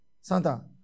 Santa